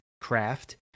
craft